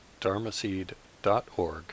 dharmaseed.org